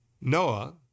Noah